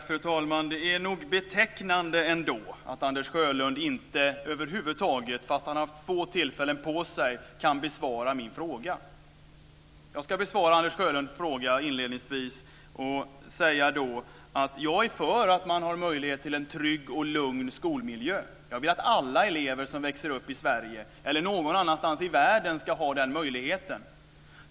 Fru talman! Det är nog ändå betecknande att Anders Sjölund över huvud taget inte - fast han har haft två tillfällen till det - kan besvara min fråga. Jag ska inledningsvis besvara Anders Sjölunds fråga. Jag är för att man har tillgång till en lugn och trygg skolmiljö. Jag vill att alla elever som växer upp i Sverige eller någon annanstans i världen ska ha den möjligheten.